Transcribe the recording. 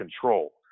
control